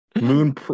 Moon